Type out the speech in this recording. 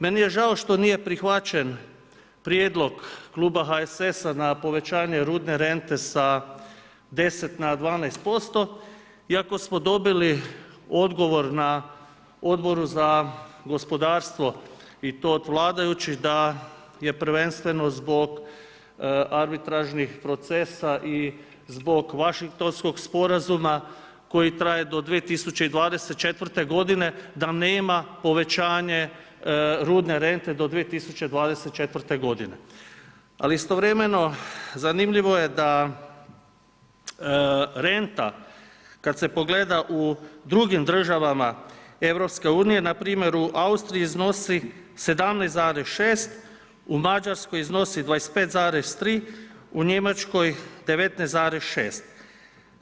Meni je žao što nije prihvaćen prijedlog kluba HSS-a na povećanje rudne rente sa 10 na 12% iako smo dobili odgovor na Odboru za gospodarstvo i to od vladajućih da je prvenstveno zbog arbitražnih i zbog Washingtonskog sporazuma koji traje do 2024. g., da nema povećanja rudne rente do 2024. g. Ali istovremeno zanimljivo je da renta kad se pogleda u drugim državama EU-a npr. u Austriji iznosi 17,6, u Mađarskoj iznosi 25,3, u Njemačkoj 19,6.